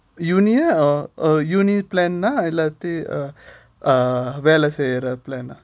uni uh or a uni plan ஆ இல்லாட்டி வேலை செய்யுற:a illati vela seyura plan ah